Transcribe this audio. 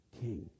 king